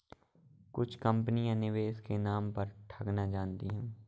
कुछ कंपनियां निवेश के नाम पर ठगना जानती हैं